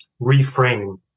reframe